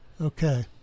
Okay